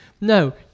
No